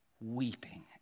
Weeping